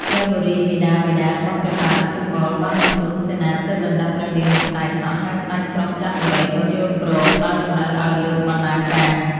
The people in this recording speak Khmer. ព្រះវររាជមាតាបិតារបស់ព្រះបាទរាជកុល បានបញ្ជូនសេនាទៅដណ្ដឹងព្រះនាងរំសាយសក់ ហើយស្ដេចក្រុងចន្ទបុរីក៏យល់ព្រម ដោយតម្រូវឲ្យលើកបណ្ណាការ។